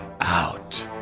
out